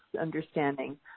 understanding